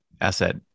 asset